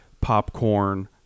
popcorn